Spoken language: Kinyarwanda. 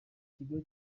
kigo